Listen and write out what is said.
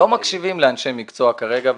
לא מקשיבים לאנשי מקצוע כרגע.